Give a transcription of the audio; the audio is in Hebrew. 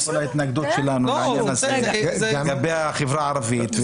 לכל ההתנגדות שלנו לעניין הזה לגבי החברה הערבית,